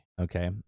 Okay